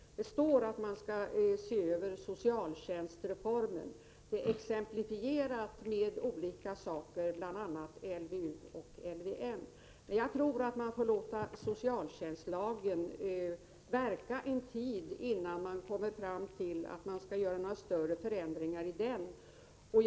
Det står att man skall se över socialtjänstreformen. Bl. a. nämns LVU och LVM. Jag tror dock att man måste låta socialtjänstlagen verka en tid, innan man bestämmer sig för att göra några större förändringar i denna.